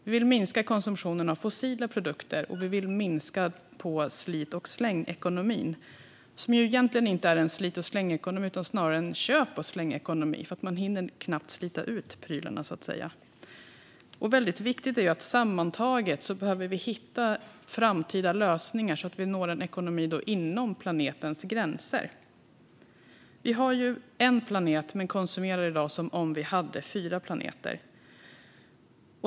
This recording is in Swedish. Vi vill minska konsumtionen av fossila produkter, och vi vill minska på slit-och-släng-ekonomin, som egentligen inte är en slit-och-släng-ekonomi utan snarare en köp-och-släng-ekonomi. Man hinner ju knappt slita ut prylarna. Det är viktigt att vi sammantaget behöver hitta framtida lösningar så att vi når en ekonomi som ryms inom planetens gränser. Vi har en planet, men vi konsumerar i dag som om vi hade fyra planeter.